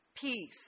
Peace